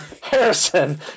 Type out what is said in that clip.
Harrison